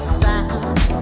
side